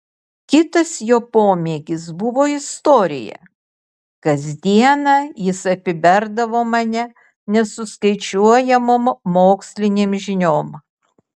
kitas jo pomėgis buvo istorija kasdieną jis apiberdavo mane nesuskaičiuojamom mokslinėm žiniom